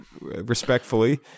respectfully